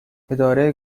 اداره